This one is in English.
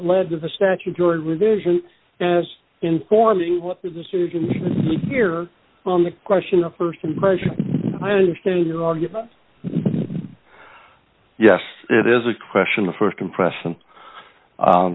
led to the statutory revision as informing what the decision here on the question of st impression i understand your argument yes it is a question of st impression